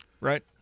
right